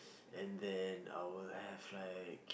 and then I will have like